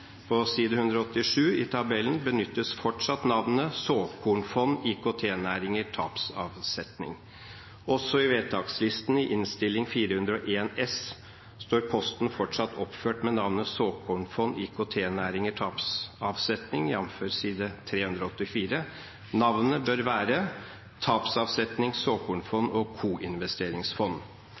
på side 187 i tabellen benyttes fortsatt navnet «Såkornfond IKT-næringer, tapsavsetning». Også i vedtakslisten i Innst. 401 S står posten fortsatt oppført med navnet «Såkornfond IKT-næringer, tapsavsetning», jf. side 384. Navnet bør være «Tapsavsetning, såkornfond og koinvesteringsfond».